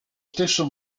stesso